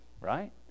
Right